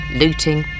looting